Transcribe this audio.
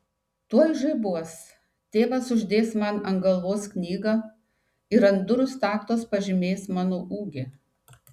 tuoj žaibuos tėvas uždės man ant galvos knygą ir ant durų staktos pažymės mano ūgį